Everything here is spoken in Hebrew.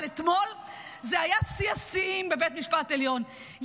אבל אתמול זה היה שיא השיאים בבית משפט עליון,